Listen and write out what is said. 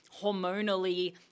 hormonally